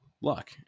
luck